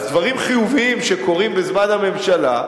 אז דברים חיוביים שקורים בזמן הממשלה,